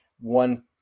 one